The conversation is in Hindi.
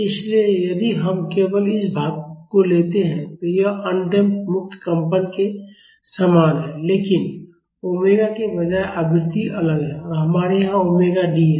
इसलिए यदि हम केवल इस भाग को लेते हैं तो यह अनडम्प्ड मुक्त कंपन के समान है लेकिन ओमेगा के बजाय आवृत्ति अलग है हमारे यहाँ ओमेगा डी है